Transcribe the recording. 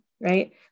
right